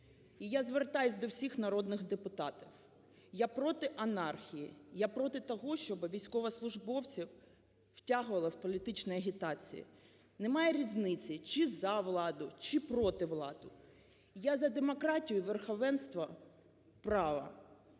І я звертаюсь до всіх народних депутатів. Я проти анархії, я проти того, щоби військовослужбовців втягували в політичні агітації, немає різниці – чи за владу, чи проти влади. Я за демократію, верховенство права.